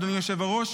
אדוני היושב-ראש,